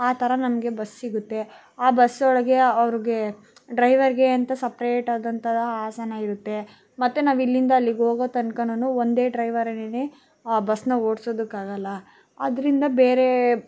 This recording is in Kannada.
ಆ ಥರ ನಮಗೆ ಬಸ್ ಸಿಗುತ್ತೆ ಆ ಬಸ್ ಒಳಗೆ ಅವ್ರಿಗೆ ಡ್ರೈವರ್ಗೆ ಅಂತ ಸಪರೇಟ್ ಆದಂಥ ಆಸನ ಇರುತ್ತೆ ಮತ್ತೆ ನಾವು ಇಲ್ಲಿಂದ ಅಲ್ಲಿಗೆ ಹೋಗೋ ತನ್ಕನೂ ಒಂದೇ ಡ್ರೈವರೇನೆ ಆ ಬಸ್ಸನ್ನ ಓಡಿಸೋದಕ್ಕಾಗಲ್ಲ ಆದ್ದರಿಂದ ಬೇರೆ